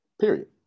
period